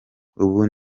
ubu